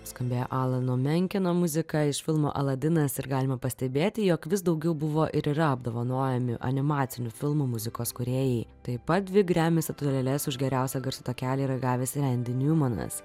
skambėjo alano menkino muziką iš filmo aladinas ir galima pastebėti jog vis daugiau buvo ir yra apdovanojami animacinių filmų muzikos kūrėjai taip pat dvi grammy statulėles už geriausią garso takelį yra gavęs rendy niumanas